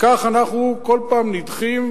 וכך אנחנו כל פעם נדחים,